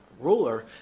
ruler